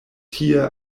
tie